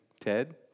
Ted